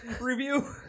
review